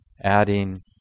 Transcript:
adding